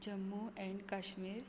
Jammu and Kashmir